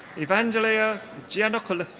evangelia giannoulaki.